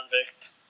convict